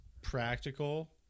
practical